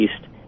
East